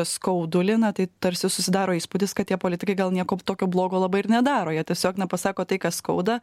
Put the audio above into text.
skaudulį na tai tarsi susidaro įspūdis kad tie politikai gal nieko tokio blogo labai ir nedaro jie tiesiog na pasako tai kas skauda